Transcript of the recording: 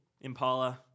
Impala